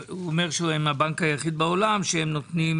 הוא אומר שהם הבנק היחיד בעולם שהם נותנים